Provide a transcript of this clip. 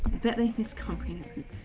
that his comments